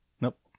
Nope